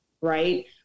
Right